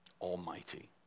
Almighty